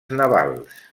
navals